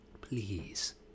please